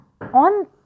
on